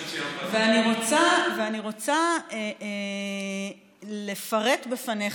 ואני רוצה לפרט בפניך,